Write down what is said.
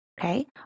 Okay